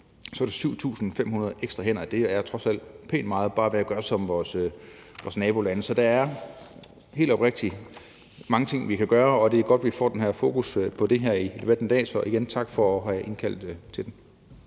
er det 7.500 ekstra hænder. Det er trods alt pænt meget bare ved at gøre som vores nabolande. Så der er helt oprigtigt mange ting, vi kan gøre, og det er godt, at vi får det her fokus på det i debatten i dag. Så igen tak for at have indkaldt til den.